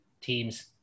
teams